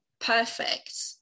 perfect